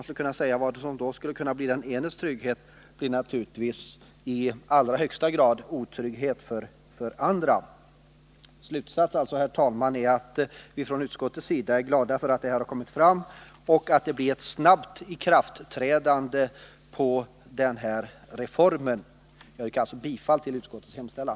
Vad som skulle bli den enes trygghet skulle naturligtvis i allra högsta grad betyda otrygghet för den andre. Slutsatsen är att vi från utskottets sida är glada över att detta förslag har kommit fram och att det blir ett snabbt ikraftträdande av denna reform. Jag yrkar bifall till utskottets hemställan.